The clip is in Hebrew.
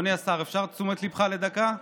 אפשר את תשומת ליבך לדקה?